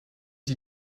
die